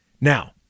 Now